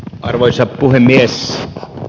arvoisa puhemies